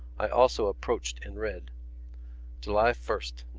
i also approached and read july first,